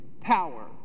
power